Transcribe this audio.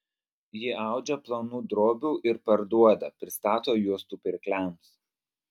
ji audžia plonų drobių ir parduoda pristato juostų pirkliams